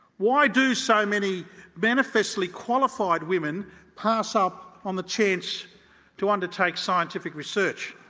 why do so many manifestly qualified women pass up on the chance to undertake scientific research?